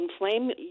inflame